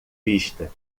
pista